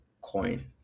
coin